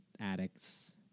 addicts